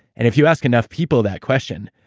and if you ask enough people that question,